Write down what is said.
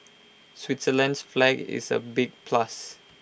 Switzerland's flag is A big plus